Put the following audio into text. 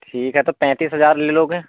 ठीक है तो पैँतीस हज़ार ले लोगे